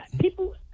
people